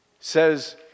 says